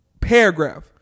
paragraph